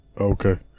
okay